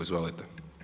Izvolite.